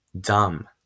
dumb